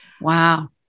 Wow